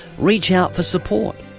reach out for support.